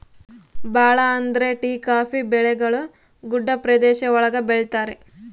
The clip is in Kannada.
ಭಾಳ ಅಂದ್ರೆ ಟೀ ಕಾಫಿ ಬೆಳೆಗಳು ಗುಡ್ಡ ಪ್ರದೇಶ ಒಳಗ ಬೆಳಿತರೆ